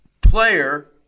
player